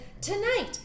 Tonight